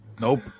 nope